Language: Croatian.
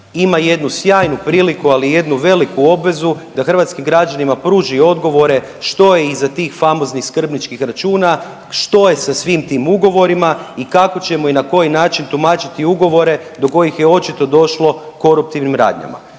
ima jednu sjajnu priliku ali i jednu veliku obvezu da hrvatskim građanima pruži odgovore što je iza tih famoznih skrbničkih računa, što je sa svim tim ugovorima i kako ćemo i na koji način tumačiti ugovore do kojih je očito došlo koruptivnim radnjama.